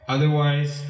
Otherwise